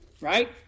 Right